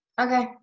okay